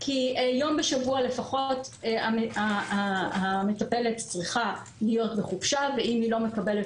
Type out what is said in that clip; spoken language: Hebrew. כי יום בשבוע לפחות המטפלת צריכה להיות בחופשה ואם היא לא מקבלת